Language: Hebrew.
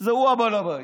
והוא בעל הבית.